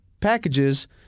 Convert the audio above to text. packages